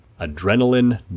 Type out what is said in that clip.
Adrenaline